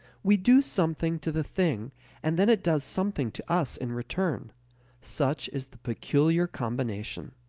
we do something to the thing and then it does something to us in return such is the peculiar combination.